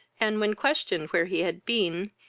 and when questioned where he had been,